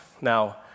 now